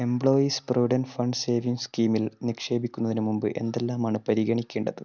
employees provident fund savings സ്കീമിൽ നിക്ഷേപിക്കുന്നതിനുമുമ്പ് എന്തെല്ലാമാണ് പരിഗണിക്കേണ്ടത്